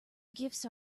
gifts